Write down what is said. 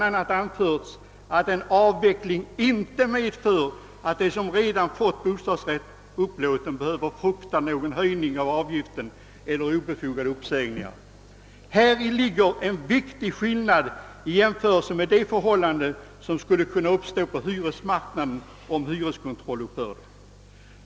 anförts att en avveckling inte medför att de som redan fått bostadsrätt upplåten behöver frukta någon höjning av avgiften eller obefogade uppsägningar. Häri ligger en viktig skillnad i jämförelse med de förhållanden som skulle kunna uppstå på hyresmarknaden om all hyreskontroll upphörde.